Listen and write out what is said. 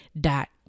dot